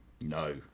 No